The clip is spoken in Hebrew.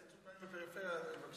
לפריפריה.